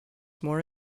more